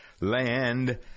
land